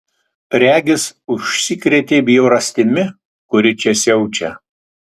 regis užsikrėtei bjaurastimi kuri čia siaučia